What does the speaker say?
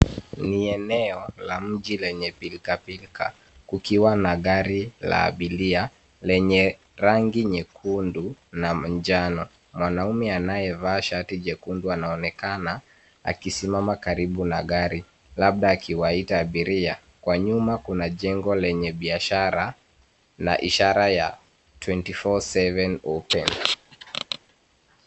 Ni eneo la mji lenye pilkapilka kukiwa na gari la abiria lenye rangi nyekundu na manjano, mwanamume anayevaa shati jekundu anaonekana akisimama karibu na gari labda akiwaita abiria kwa nyuma kuna jengo lenye biashara na ishara ya twenty four seven open.